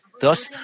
Thus